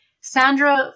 Sandra